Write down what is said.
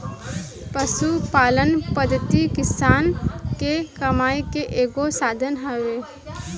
पशुपालन पद्धति किसान के कमाई के एगो साधन हवे